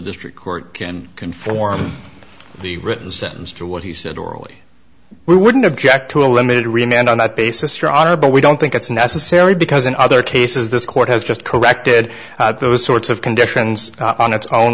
district court can conform the written sentence to what he said orally we wouldn't object to a limited release and on that basis your honor but we don't think it's necessary because in other cases this court has just corrected those sorts of conditions on its own